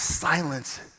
Silence